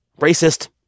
Racist